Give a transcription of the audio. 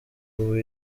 ubu